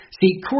See